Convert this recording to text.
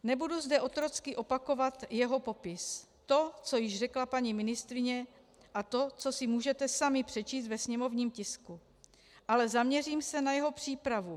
Nebudu zde otrocky opakovat jeho popis, to, co již řekla paní ministryně, a to, co si můžete sami přečíst ve sněmovním tisku, ale zaměřím se na jeho přípravu.